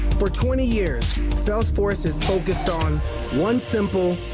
for twenty years salesforce has focused on one simple,